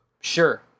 Sure